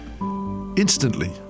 Instantly